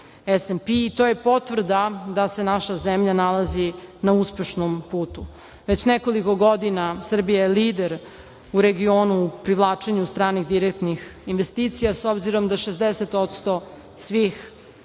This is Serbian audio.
SNP i to je potvrda da se naša zemlja nalazi na uspešnom putu, već nekoliko godina Srbija je lider u regionu privlačenju stranih direktnih investicija, s obzirom da 60% svih